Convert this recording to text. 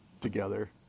together